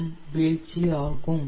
M வீழ்ச்சியாகும்